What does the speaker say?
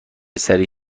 سریع